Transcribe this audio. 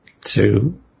two